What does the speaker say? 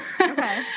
Okay